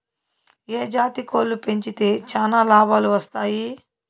ఏ జాతి కోళ్లు పెంచితే చానా లాభాలు వస్తాయి?